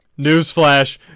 newsflash